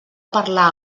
parlar